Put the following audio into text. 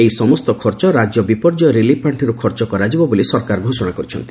ଏହି ସମସ୍ତ ଖର୍ଚ ରାଜ୍ୟ ବିପର୍ଯ୍ୟୟ ରିଲିଫ ପାଷ୍ଟିର୍ କରାଯିବ ବୋଲି ସରକାର ଘୋଷଣା କରିଛନ୍ତି